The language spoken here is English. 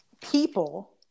people